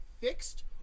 fixed